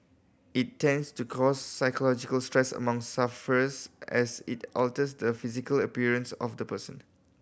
it tends to cause psychological stress among sufferers as it alters the physical appearance of the person